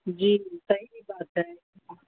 جی صحیح بات ہے